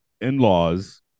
in-laws